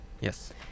yes